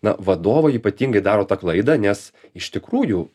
na vadovai ypatingai daro tą klaidą nes iš tikrųjų